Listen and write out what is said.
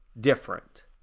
different